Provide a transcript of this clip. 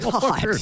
God